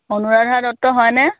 অনুৰাধা দত্ত হয়নে